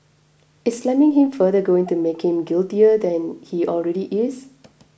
is slamming him further going to make him guiltier than he already is